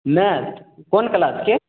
math कोन क्लासके